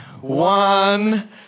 one